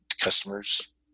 customers